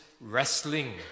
wrestling